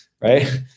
right